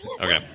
Okay